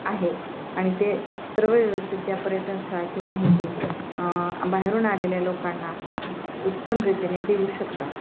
आहेत आणि ते सर्व व्यवस्थित त्या पर्यटन स्थळाची माहिती बाहेरून आलेल्या लोकांना उत्तम रीतीने देऊ शकतात